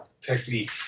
technique